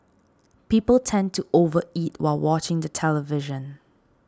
people tend to over eat while watching the television